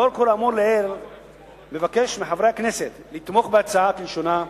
לאור כל האמור לעיל נבקש מחברי הכנסת לתמוך בהצעה כלשונה,